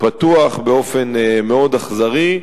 פתוח באופן מאוד אכזרי.